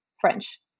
French